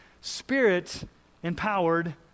spirit-empowered